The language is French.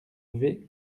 levés